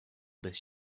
bez